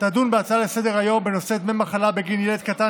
תדון בהצעה לסדר-היום בנושא: דמי מחלה בגין ילד קטן